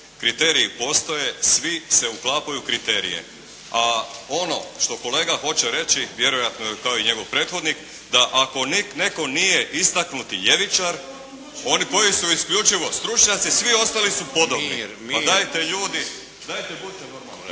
Kriteriji postoje, svi se uklapaju u kriterije. A ono što kolega hoće reći, vjerojatno kao i njegov prethodnik, da ako netko nije istaknuti ljevičar, oni koji su isključivo stručnjaci, svi ostali su podobni, pa dajte ljudi, dajte budite normalni.